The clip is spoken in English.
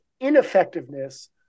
ineffectiveness